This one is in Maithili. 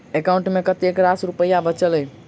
एकाउंट मे कतेक रास रुपया बचल एई